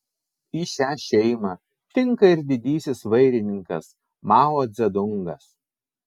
į šią šeimą tinka ir didysis vairininkas mao dzedungas